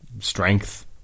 strength